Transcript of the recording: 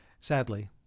Sadly